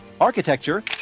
architecture